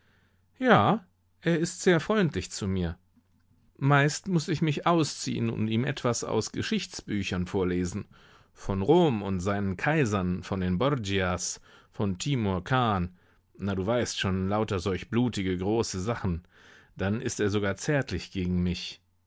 ja er ist sehr freundlich zu mir meist muß ich mich ausziehen und ihm etwas aus geschichtsbüchern vorlesen von rom und seinen kaisern von den borgias von timur chan na du weißt schon lauter solch blutige große sachen dann ist er sogar zärtlich gegen mich